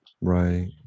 Right